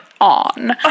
on